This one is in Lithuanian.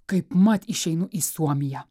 kaipmat išeinu į suomiją